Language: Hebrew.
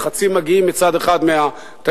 לחצים מגיעים מצד אחד מהטייקונים,